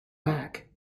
back